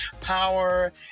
power